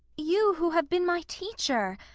you, who have been my teacher!